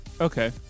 Okay